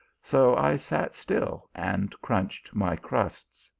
so i sat still and craunched my crusts.